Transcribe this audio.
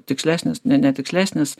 tikslesnis ne netikslesnis